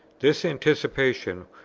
this anticipation,